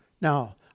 Now